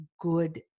good